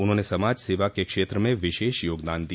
उन्होंने समाज सेवा के क्षेत्र में विशेष योगदान दिया